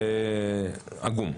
זה עגום.